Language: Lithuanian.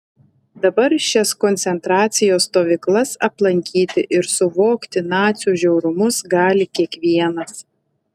dabar šias koncentracijos stovyklas aplankyti ir suvokti nacių žiaurumus gali kiekvienas